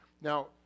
Now